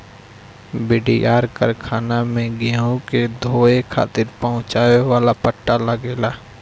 बड़ियार कारखाना में गेहूं के ढोवे खातिर पहुंचावे वाला पट्टा लगेला